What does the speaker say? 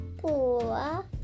four